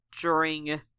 during-